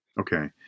Okay